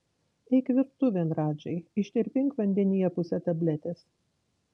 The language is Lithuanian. eik virtuvėn radžai ištirpink vandenyje pusę tabletės